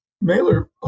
Mailer